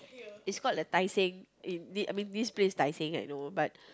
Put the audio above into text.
it's called the Tai-Seng I mean this place Tai-Seng I know but